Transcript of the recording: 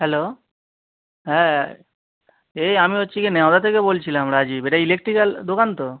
hello হ্যাঁ এই আমি হচ্ছে গিয়ে নেওড়া থেকে বলছিলাম রাজীব এটা ইলেকট্রিকাল দোকান তো